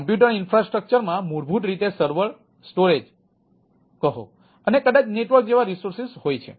compute ઇન્ફ્રાસ્ટ્રક્ચરમાં મૂળભૂત રીતે સર્વર સ્ટોરેજ કહો અને કદાચ નેટવર્ક જેવા રિસોર્સ હોય છે